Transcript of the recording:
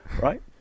Right